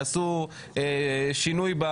יעשו שינוי,